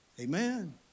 Amen